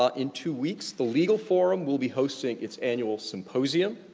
um in two weeks, the legal forum will be hosting its annual symposium.